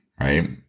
right